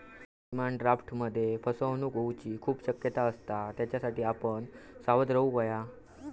demand ड्राफ्टमध्ये फसवणूक होऊची खूप शक्यता असता, त्येच्यासाठी आपण सावध रेव्हूक हव्या